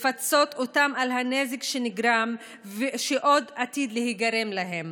לפצות אותם על הנזק שנגרם ושעוד עתיד להיגרם להם